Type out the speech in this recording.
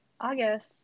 August